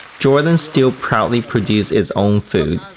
jordan still proudly produce its own food.